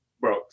Bro